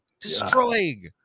destroying